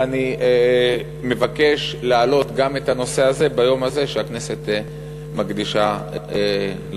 ואני מבקש להעלות גם את הנושא הזה ביום הזה שהכנסת מקדישה למדע.